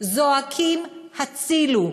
זועקים הצילו.